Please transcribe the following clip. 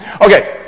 Okay